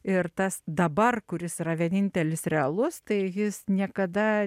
ir tas dabar kuris yra vienintelis realus tai jis niekada